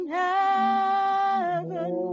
heaven